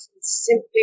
simply